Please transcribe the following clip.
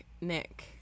Nick